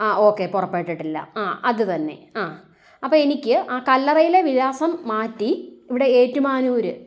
ആ ഓക്കേ പൊറപ്പെട്ടിട്ടില്ല ആ അതുതന്നെ ആ അപ്പം എനിക്ക് കല്ലറയിലെ വിലാസം മാറ്റി ഇവിടെ ഏറ്റുമാനൂർ